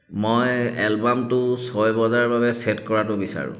মই এলাৰ্মটো ছয় বজাৰ বাবে ছেট কৰাটো বিচাৰোঁ